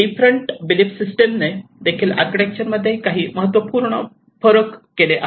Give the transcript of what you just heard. different बिलीपनी system ने देखील आर्किटेक्चरमध्ये काही महत्त्वपूर्ण फरक केले आहेत